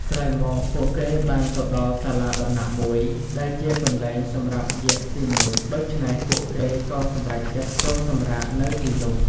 ក្រោយមក ពួកគេបានទៅដល់សាលាដំណាក់មួយដែលជាកន្លែងសម្រាប់យក្សស៊ីមនុស្ស ដូច្នេះពួកគេក៏សម្រេចចិត្តចូលសម្រាកនៅទីនោះ។